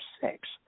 six